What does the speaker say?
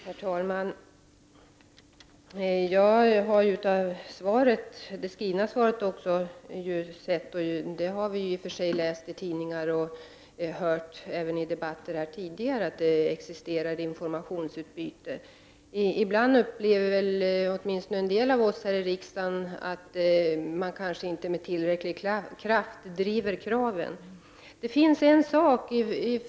Herr talman! Jag har i det skrivna svaret läst — det har vi i och för sig läst i tidningarna och hört i debatterna tidigare — att det existerar informationsutbyte. Ibland upplever åtminstone en del av oss här i riksdagen att man inte med tillräckligt stor kraft driver kraven.